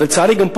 ולצערי גם פה,